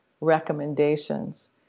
recommendations